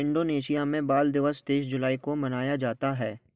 Indonesia में बाल दिवस तेईस जुलाई को मनाया जाता है